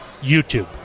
YouTube